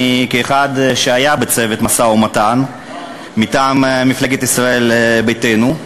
כאחד שהיה בצוות המשא-ומתן מטעם מפלגת ישראל ביתנו,